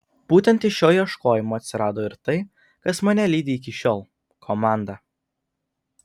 būtent iš šio ieškojimo atsirado ir tai kas mane lydi iki šiol komanda